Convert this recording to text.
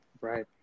Right